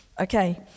Okay